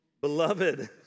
Beloved